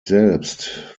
selbst